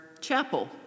chapel